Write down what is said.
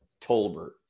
Tolbert